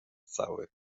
cały